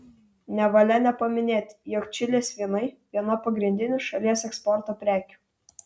nevalia nepaminėti jog čilės vynai viena pagrindinių šalies eksporto prekių